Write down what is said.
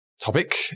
topic